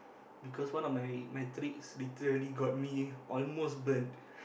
because one of my my tricks literally got me almost burnt